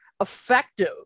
effective